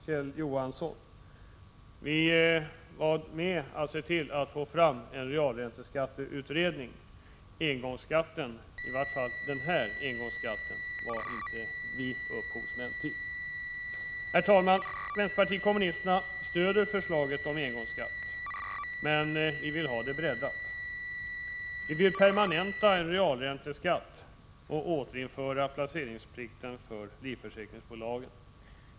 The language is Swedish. Vi var med om att se till att få fram en realränteskatteutredning. Den här engångsskatten var vi inte upphovsmän till. Herr talman! Vänsterpartiet kommunisterna stöder förslaget om engångsskatt men vill ha det breddat. Vi vill permanenta en realränteskatt och återinföra placeringsplikten för livförsäkringsbolagen.